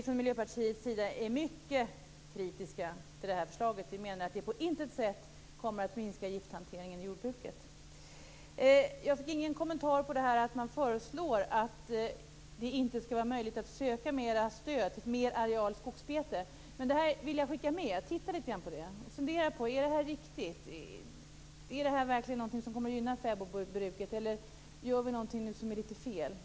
Från Miljöpartiets sida är vi mycket kritiska till detta förslag. Vi menar att det på intet sätt kommer att minska gifthanteringen i jordbruket. Jag fick ingen kommentar till min fråga om förslaget om att det inte skall vara möjligt att söka mer stöd för stora arealer skogsbete. Jag vill skicka med Ann Kristine Johansson en uppmaning om att titta litet grand på den frågan. Fundera på om det är riktigt. Är det verkligen någonting som kommer att gynna fäbodbruket, eller gör vi något som är fel?